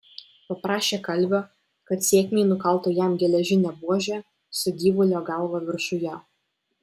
paprašė kalvio kad sėkmei nukaltų jam geležinę buožę su gyvulio galva viršuje